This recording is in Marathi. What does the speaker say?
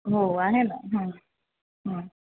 हो आहे ना हां हं